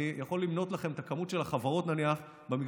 אני יכול למנות לכם את המספר של החברות נניח במגזר